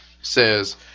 says